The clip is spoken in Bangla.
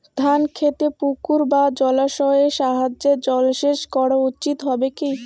ধান খেতে পুকুর বা জলাশয়ের সাহায্যে জলসেচ করা উচিৎ হবে কি?